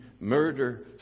murder